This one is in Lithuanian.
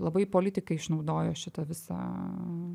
labai politikai išnaudojo šitą visą